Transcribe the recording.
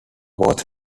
was